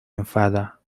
enfada